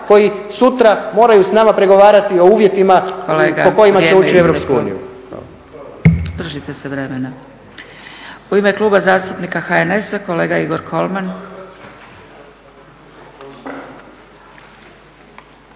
koji sutra moraju s nama pregovarati o uvjetima po kojima će ući u Europsku uniju.